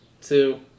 Two